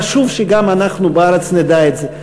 חשוב שגם אנחנו בארץ נדע את זה.